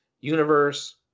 universe